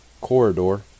corridor